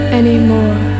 anymore